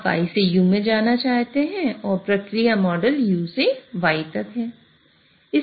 आप y से u में जाना चाहते हैं और प्रक्रिया मॉडल u से y तक है